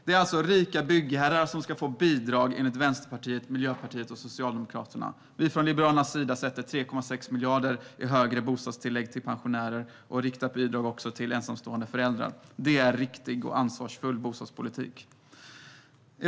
Det är alltså rika byggherrar som ska få bidrag, enligt Vänsterpartiet, Miljöpartiet och Socialdemokraterna. Vi i Liberalerna vill se 3,6 miljarder i högre bostadstillägg till pensionärer och riktade bidrag till ensamstående föräldrar. Det är riktig och ansvarsfull bostadspolitik.